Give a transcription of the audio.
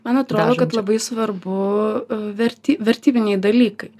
man atrodo kad labai svarbu very vertybiniai dalykai